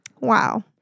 Wow